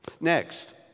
Next